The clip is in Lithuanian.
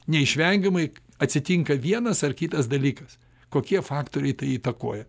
neišvengiamai atsitinka vienas ar kitas dalykas kokie faktoriai tai įtakoja